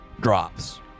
drops